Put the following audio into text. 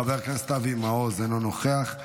חבר הכנסת אבי מעוז, אינו נוכח.